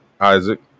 isaac